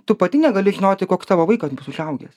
tu pati negali žinoti koks tavo vaikas bus užaugęs